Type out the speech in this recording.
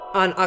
on